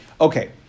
Okay